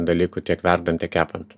dalykų tiek verdant tiek kepant